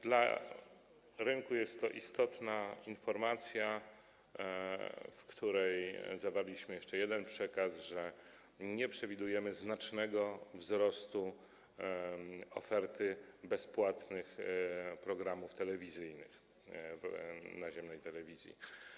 Dla rynku jest to istotna informacja, w której zawarliśmy jeszcze jeden przekaz, że nie przewidujemy znacznego rozszerzenia oferty bezpłatnych programów telewizyjnych w naziemnej telewizji.